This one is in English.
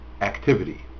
activity